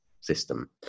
system